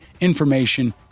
information